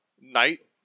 knight